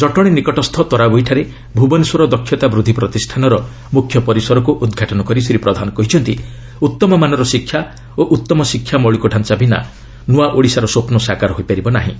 ଜଟଣୀ ନିକଟସ୍ଥ ତରାବୋଇଠାରେ ଭୁବନେଶ୍ୱର ଦକ୍ଷତା ବୃଦ୍ଧି ପ୍ରତିଷ୍ଠାନର ମୁଖ୍ୟ ପରିସରକୁ ଉଦ୍ଘାଟନ କରି ଶ୍ରୀ ପ୍ରଧାନ କହିଛନ୍ତି ଉତ୍ତମମାନର ଶିକ୍ଷା ଓ ଉତ୍ତମ ଶିକ୍ଷା ମୌଳିକଢାଞ୍ଚା ବିନା ନୂଆ ଓଡ଼ିଶାର ସ୍ୱପ୍ନ ସାକାର ହୋଇପାରିବ ନାହିଁ